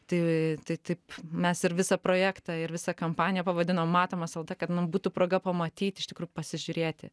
tai tai taip mes ir visą projektą ir visą kampaniją pavadinom matomas elta kad mum būtų proga pamatyti iš tikrųjų pasižiūrėti